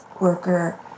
worker